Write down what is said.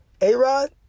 A-Rod